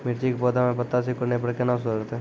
मिर्ची के पौघा मे पत्ता सिकुड़ने पर कैना सुधरतै?